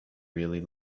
really